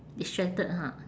distracted ha